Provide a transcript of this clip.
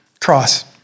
cross